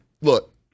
look